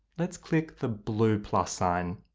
let's click the blue plus sign.